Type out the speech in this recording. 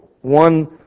one